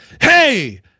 Hey